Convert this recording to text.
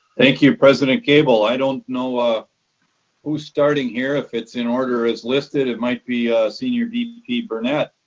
thank you president gabel. i don't know ah who's starting here, if it's in order as listed, it might be senior vp burnett?